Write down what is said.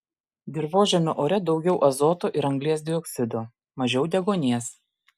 dirvožemio ore daugiau azoto ir anglies dioksido mažiau deguonies